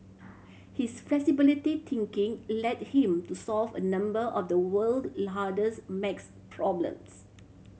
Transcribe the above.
his flexibly thinking led him to solve a number of the world's hardest max problems